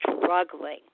struggling